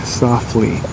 softly